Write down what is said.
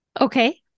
okay